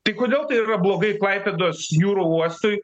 tai kodėl tai yra blogai klaipėdos jūrų uostui